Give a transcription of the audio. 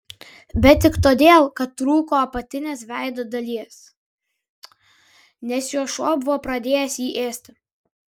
bet tik todėl kad trūko apatinės veido dalies nes jo šuo buvo pradėjęs jį ėsti